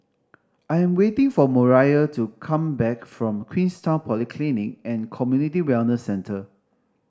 I am waiting for Moriah to come back from Queenstown Polyclinic and Community Wellness Centre